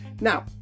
Now